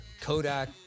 Kodak